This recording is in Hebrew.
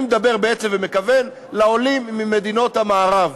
אני מדבר בעצם ומכוון לעולים ממדינות המערב,